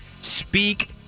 Speak